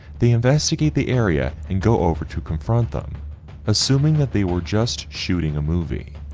they investigate the area and go over to confront them assuming that they were just shooting a movie.